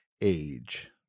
age